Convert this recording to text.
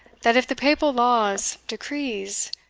that if the papal laws, decrees,